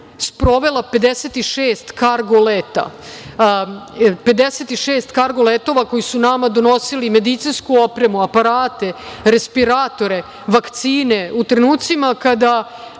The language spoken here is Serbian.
sprovela 56 kargo letova koji su nama donosili medicinsku opremu, aparate, respiratore, vakcine u trenucima kada